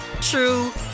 true